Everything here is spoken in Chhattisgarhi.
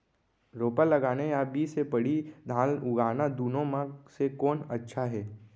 रोपा लगाना या बीज से पड़ही धान उगाना दुनो म से कोन अच्छा हे?